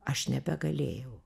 aš nebegalėjau